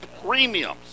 premiums